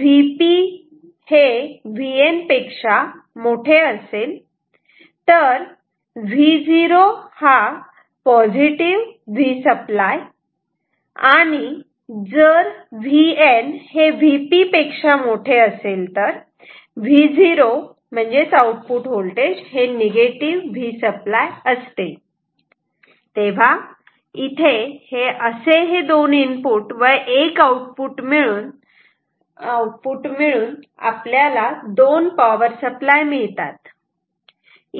Vp VN Vo Vsupply जर VN Vp Vo Vsupply असे इथे हे दोन इनपुट व 1 आउटपुट मिळून आपल्याला दोन पॉवर सप्लाय मिळतात